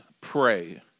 pray